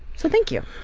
so thank you.